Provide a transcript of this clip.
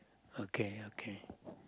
okay okay